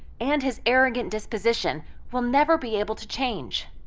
and his arrogant disposition will never be able to change.